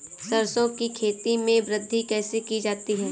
सरसो की खेती में वृद्धि कैसे की जाती है?